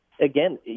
again